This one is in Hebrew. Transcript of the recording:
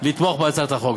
לתמוך בהצעת החוק.